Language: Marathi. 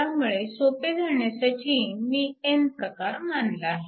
त्यामुळे सोपे जाण्यासाठी मी n प्रकार मानला आहे